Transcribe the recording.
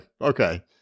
okay